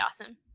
awesome